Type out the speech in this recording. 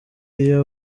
iyo